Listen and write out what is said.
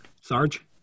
Sarge